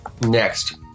Next